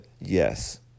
yes